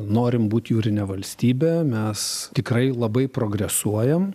norim būt jūrine valstybe mes tikrai labai progresuojam